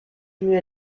mir